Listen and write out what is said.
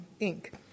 Inc